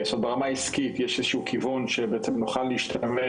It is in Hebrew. ברמה העסקית יש כיוון שנוכל להשתמש